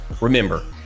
Remember